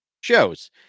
shows